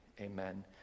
amen